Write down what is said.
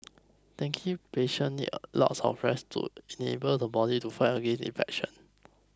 dengue patient need a lots of rest to enable the body to fight against infection